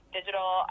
Digital